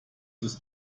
ist